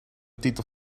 titel